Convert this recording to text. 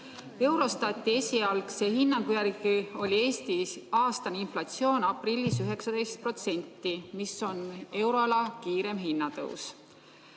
Eurostati esialgse hinnangu järgi oli Eestis aastane inflatsioon aprillis 19%, mis on euroala kiireim hinnatõus.